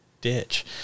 ditch